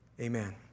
Amen